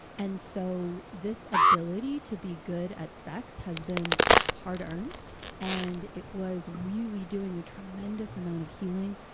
and so, this ability to be good at sex has been hard earned and it was really doing a tremendous amount of healing,